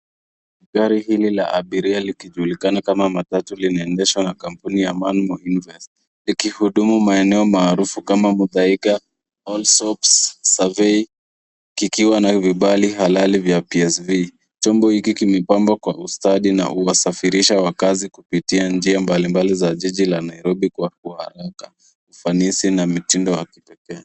Gari hili la abiria likijulikana kama matatu linaendehswa na kampuni ya Manmo Invest ikihudumu maeneo maarufu kama Muthaiga, Allsops, Survey, ikiwa na vibali halali vya PSV. Chombo hiki kimepambwa kwa ustadi na huwasafirisha wakaazi kupitia njia mbalimbali za jiji la Nairobi kwa haraka, ufanisi na mitindo ya kipekee.